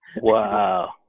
wow